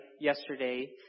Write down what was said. yesterday